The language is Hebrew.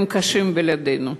הם קשים בלעדינו.